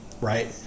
right